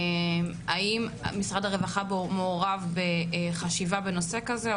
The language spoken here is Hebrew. האם משרד הרווחה מעורב בחשיבה בנושא כזה?